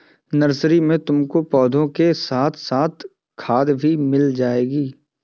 nursery में तुमको पौधों के साथ साथ खाद भी मिल सकती है